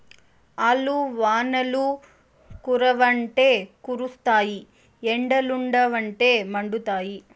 ఆల్లు వానలు కురవ్వంటే కురుస్తాయి ఎండలుండవంటే మండుతాయి